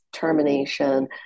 termination